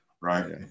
right